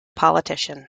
politician